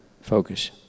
focus